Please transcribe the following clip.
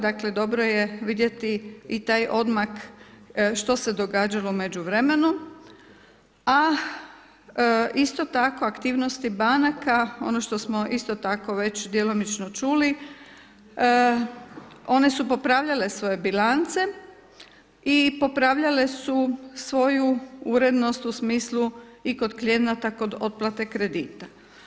Dakle, dobro je vidjeti i taj odmak što se događalo u međuvremenu, a isto tako, aktivnosti banaka, ono što smo isto tako već djelomično čuli, one su popravljale svoje bilance i popravljale su svoju urednost u smislu i kod klijenata, kod otplate kredita.